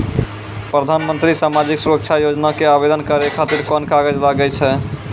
प्रधानमंत्री समाजिक सुरक्षा योजना के आवेदन करै खातिर कोन कागज लागै छै?